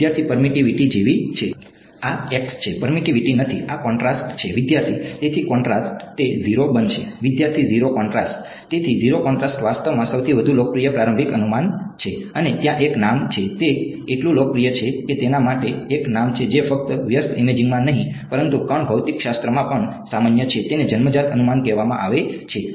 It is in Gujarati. વિદ્યાર્થી પરમીટીવીટી જેવી છે આ છે પરમીટીવીટી નથી આ કોન્ટ્રાસ્ટ છે વિદ્યાર્થી તેથી કોન્ટ્રાસ્ટ તે 0 બનશે વિદ્યાર્થી 0 કોન્ટ્રાસ્ટ તેથી 0 કોન્ટ્રાસ્ટ વાસ્તવમાં સૌથી વધુ લોકપ્રિય પ્રારંભિક અનુમાન છે અને ત્યાં એક નામ છે તે એટલું લોકપ્રિય છે કે તેના માટે એક નામ છે જે ફક્ત વ્યસ્ત ઇમેજિંગમાં જ નહીં પરંતુ કણ ભૌતિકશાસ્ત્રમાં પણ સામાન્ય છે તેને જન્મજાત અનુમાન કહેવામાં આવે છે